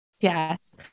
Yes